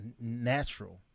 natural